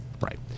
right